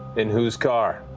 in whose car?